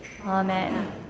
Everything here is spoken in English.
amen